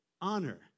Honor